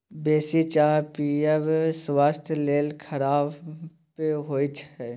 बेसी चाह पीयब स्वास्थ्य लेल खराप होइ छै